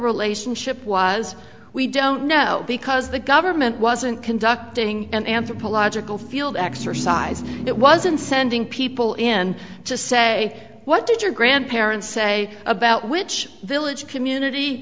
relationship was we don't know because the government wasn't conducting an anthropological field exercise it was in sending people in to say what did your grandparents say about which village community